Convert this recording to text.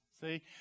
See